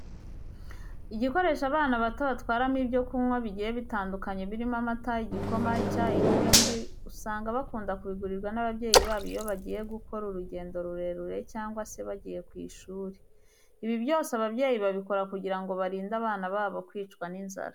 Igikoresho abana bato batwaramo ibyo kunywa bigiye bitandukanye birimo amata, igikoma, icyayi n'ibindi, usanga bakunda kubigurirwa n'ababyeyi babo iyo bagiye gukora urugendo rurerure cyangwa se bagiye ku ishuri. Ibi byose ababyeyi babikora kugira ngo barinde abana babo kwicwa n'inzara.